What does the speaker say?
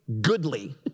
goodly